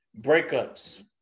breakups